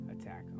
attack